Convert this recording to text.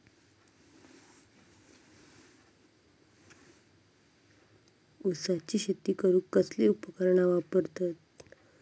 ऊसाची शेती करूक कसली उपकरणा वापरतत?